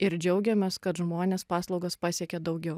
ir džiaugiamės kad žmonės paslaugas pasiekia daugiau